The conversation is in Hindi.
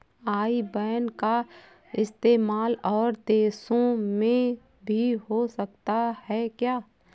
आई बैन का इस्तेमाल और देशों में भी हो सकता है क्या?